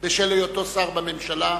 בשל היותו שר בממשלה: